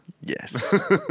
Yes